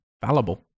Fallible